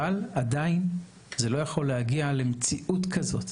אבל עדיין זה לא יכול להגיע למציאות כזאת.